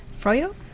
Froyo